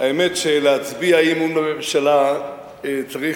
האמת שלהצביע אי-אמון בממשלה צריך